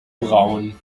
braun